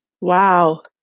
wow